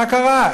מה קרה?